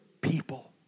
people